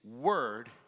word